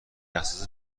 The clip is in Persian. حساس